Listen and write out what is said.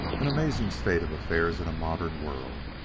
an amazing state of affairs in a modern world!